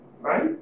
right